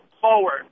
forward